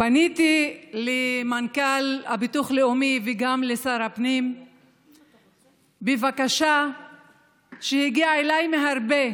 פניתי למנכ"ל הביטוח לאומי וגם לשר הפנים בבקשה שהגיעה אליי מהרבה